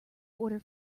order